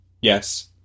Yes